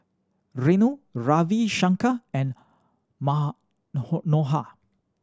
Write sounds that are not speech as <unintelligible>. Renu Ravi Shankar and <unintelligible>